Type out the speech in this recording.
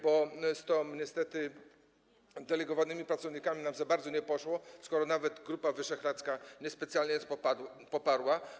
Bo niestety z delegowanymi pracownikami nam za bardzo nie poszło, skoro nawet Grupa Wyszehradzka niespecjalnie to poparła.